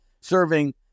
serving